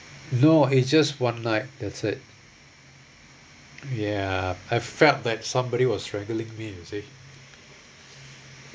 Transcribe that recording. no it just one night that's it ya I felt that somebody was straggling me you see